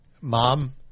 mom